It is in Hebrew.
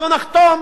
אנחנו נחתום